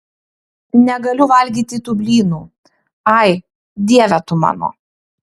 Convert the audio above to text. negaliu valgyti tų blynų ai dieve tu mano